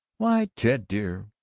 why, ted dear,